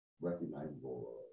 recognizable